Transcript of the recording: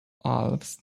alves